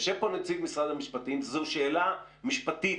יושב פה נציג משרד המשפטים זו שאלה משפטית